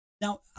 Now